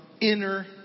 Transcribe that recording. inner